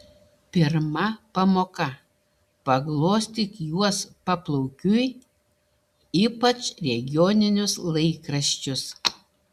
pirma pamoka paglostyk juos paplaukiui ypač regioninius laikraščius